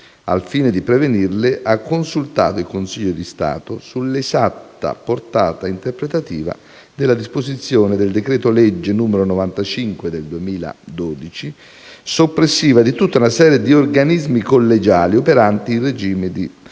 al fine di prevenirle, ha consultato il Consiglio di Stato sull'esatta portata interpretativa della disposizione del decreto-legge n. 95 del 2012 soppressiva di tutta una serie di organismi collegiali operanti in regime di